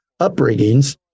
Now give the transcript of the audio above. upbringings